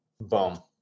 Boom